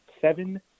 seven